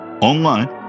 Online